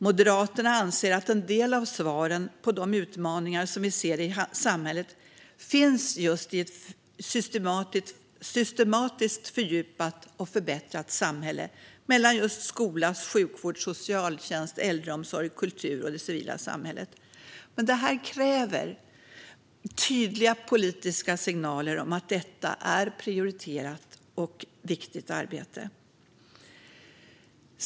Moderaterna anser att en del av svaren på de utmaningar som vi ser i samhället finns just i ett systematiskt fördjupat och förbättrat samarbete mellan skola, sjukvård, socialtjänst, äldreomsorg, kultur och det civila samhället. Men det kräver tydliga politiska signaler om att detta är ett prioriterat och viktigt arbete.